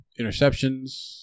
interceptions